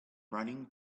running